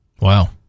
Wow